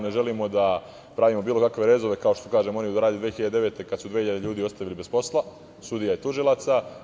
Ne želimo da pravimo bilo kakve rezove kao što su oni radili od 2009. godine, kada su dve hiljade ljudi ostavili bez posla, sudija i tužilaca.